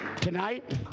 tonight